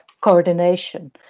coordination